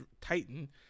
tighten